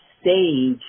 stage